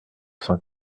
cent